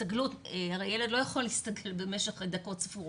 הרי ילד לא יכול להסתגל במשך דקות ספורות.